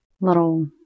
little